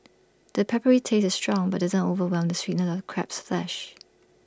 the peppery taste is strong but doesn't overwhelm the sweetness of crab's flesh